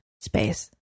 space